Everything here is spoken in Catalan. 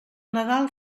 nadal